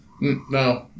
no